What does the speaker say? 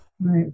Right